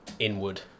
inward